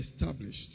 established